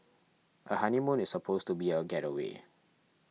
a honeymoon is supposed to be a gateway